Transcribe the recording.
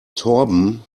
torben